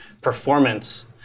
performance